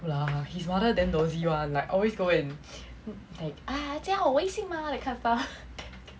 help lah his mother nosey [one] like always go and like ah 加我微信吗 that kind of stuff